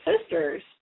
sisters